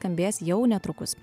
skambės jau netrukus